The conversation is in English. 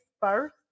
first